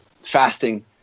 fasting